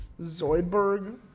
Zoidberg